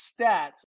stats